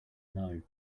know